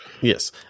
Yes